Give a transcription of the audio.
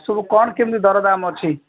ସବୁ କ'ଣ କେମିତି ଦରଦାମ୍ ଅଛି